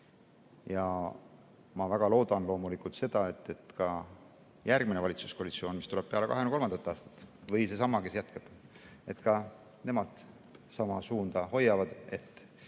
Ma väga loodan loomulikult seda, et ka järgmine valitsuskoalitsioon, mis tuleb peale 2023. aastat, või seesama, kes jätkab, sama suunda hoiab, et